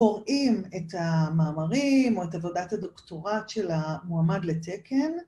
‫קוראים את המאמרים ‫או את עבודת הדוקטורט של המועמד לתקן.